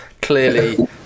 Clearly